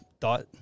thought